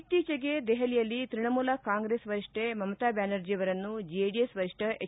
ಇತ್ತೀಚೆಗೆ ದೆಹಲಿಯಲ್ಲಿ ತೃಣಮೂಲ ಕಾಂಗ್ರೆಸ್ ವರಿಷ್ಠೆ ಮಮತಾ ಬ್ಯಾನರ್ಜಿಯವರನ್ನು ಜೆಡಿಎಸ್ ವರಿಷ್ಠ ಎಚ್